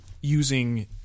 using